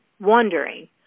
wondering